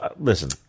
listen